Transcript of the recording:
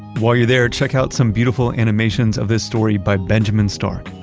while you're there, check out some beautiful animations of this story by benjamin stark.